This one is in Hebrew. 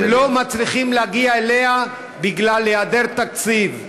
הם לא מצליחים להגיע אליה בגלל היעדר תקציב.